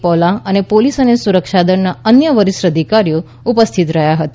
પોલા અને પોલીસ અને સુરક્ષા દળોના અન્ય વરિષ્ઠ અધિકારીઓ ઉપસ્થિત રહ્યા હતા